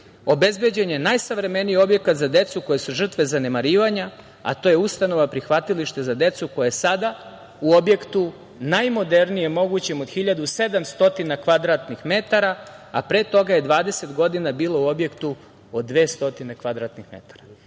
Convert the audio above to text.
obezbeđen je najsavremeniji objekat za decu koja su žrtve zanemarivanja, a to je ustanova, prihvatilište za decu koje je sada u objektu od 1.700 kvadratnih metara, a pre toga je 20 godina bila u objektu od 200 kvadratnih metara. Dame